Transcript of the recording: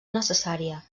necessària